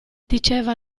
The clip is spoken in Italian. diceva